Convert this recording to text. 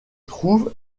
trouve